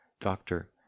Doctor